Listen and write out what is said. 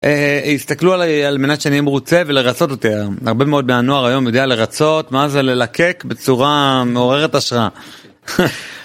הסתכלו עלי על מנת שאני אהיה מרוצה ולרצות אותי, הרבה מאוד מהנוער היום יודע לרצות, מה זה ללקק בצורה מעוררת השראה.